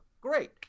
great